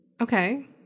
Okay